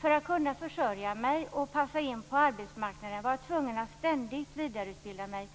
För att kunna försörja mig och passa in på arbetsmarknaden var jag tvungen att ständigt vidareutbilda mig.